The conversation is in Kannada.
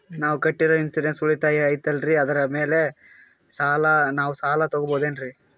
ನಾವು ಕಟ್ಟಿರೋ ಇನ್ಸೂರೆನ್ಸ್ ಉಳಿತಾಯ ಐತಾಲ್ರಿ ಅದರ ಮೇಲೆ ನಾವು ಸಾಲ ತಗೋಬಹುದೇನ್ರಿ?